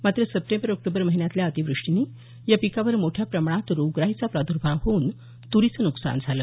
मात्र September October महिन्यातल्या अतिवृष्टीने या पिकावर मोठ्या प्रमाणात रोगराईचा प्रादुर्भाव होऊन तुरीचं नुकसान झालं